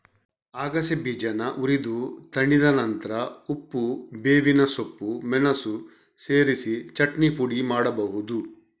ಅಗಸೆ ಬೀಜಾನ ಹುರಿದು ತಣಿದ ನಂತ್ರ ಉಪ್ಪು, ಬೇವಿನ ಸೊಪ್ಪು, ಮೆಣಸು ಸೇರಿಸಿ ಚಟ್ನಿ ಪುಡಿ ಮಾಡ್ಬಹುದು